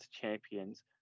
champions